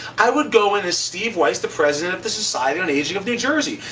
i would go into steve weiss, the president of the society on aging of new jersey.